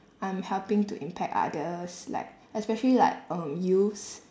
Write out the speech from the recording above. I'm helping to impact others like especially like um youths